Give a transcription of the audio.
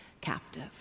captive